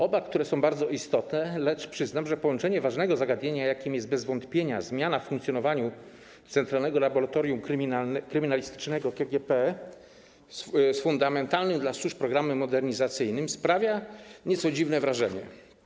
Oba są bardzo istotne, lecz przyznam, że połączenie ważnego zagadnienia, jakim jest bez wątpienia zmiana w funkcjonowaniu Centralnego Laboratorium Kryminalistycznego KGP, z fundamentalnym dla służb programem modernizacyjnym sprawia nieco dziwne wrażenie.